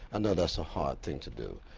and know that's a hard thing to do,